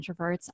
introverts